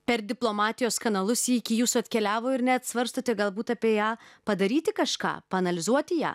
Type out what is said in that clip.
per diplomatijos kanalus ji iki jūsų atkeliavo ir net svarstote galbūt apie ją padaryti kažką paanalizuoti ją